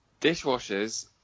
Dishwashers